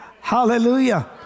Hallelujah